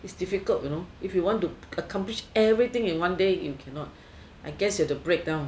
is difficult you know if you want to accomplish everything in one day you cannot I guess you have to break down